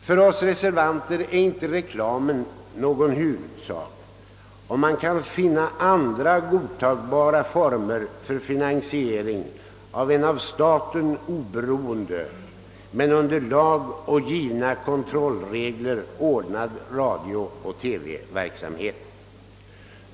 För oss reservanter är reklamen inte någon huvudsak, om man kan finna andra godtagbara former för finansiering av en av staten oberoende men i lag reglerad och under kontroll bedriven radiooch TV-verksamhet.